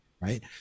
right